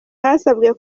hasabwe